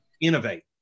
innovate